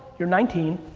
you're nineteen,